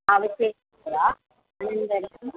अवश्यम् अनन्तरम्